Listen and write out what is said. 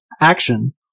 action